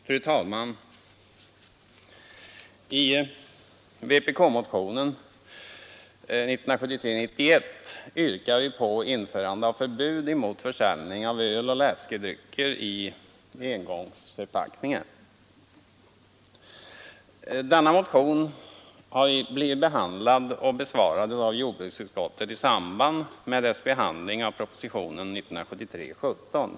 Fru talman! I vpk-motionen 91 yrkar vi på införande av förbud mot försäljning av öl och läskedrycker i engångsförpackningar. Denna motion har blivit behandlad och besvarad av jordbruksutskottet i samband med dess behandling av propositionen 17.